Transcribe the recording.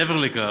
מעבר לכך,